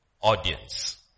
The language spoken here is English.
audience